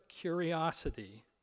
curiosity